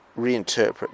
reinterpret